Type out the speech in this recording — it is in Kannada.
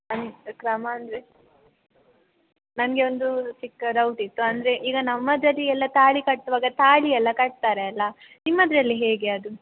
ಅಂದ ಕ್ರಮ ಅಂದರೆ ನನಗೆ ಒಂದು ಚಿಕ್ಕ ಡೌಟ್ ಇತ್ತು ಅಂದರೆ ಈಗ ನಮ್ಮದರಲ್ಲಿ ಎಲ್ಲ ತಾಳಿ ಕಟ್ಟುವಾಗ ತಾಳಿ ಎಲ್ಲ ಕಟ್ತಾರೆ ಅಲ್ಲ ನಿಮ್ಮದರಲ್ಲಿ ಹೇಗೆ ಅದು